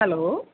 hello